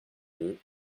deux